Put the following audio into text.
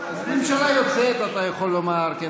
הממשלה הזאת לא קיבלה עדיין את אמון הכנסת.